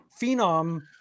phenom